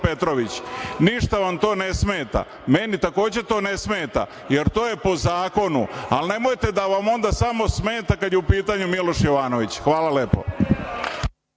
Ništa vam to ne smeta. Meni, takođe, to ne smeta, jer to je po zakonu, ali nemojte da vam onda samo smeta kada je u pitanju Miloš Jovanović. Hvala lepo.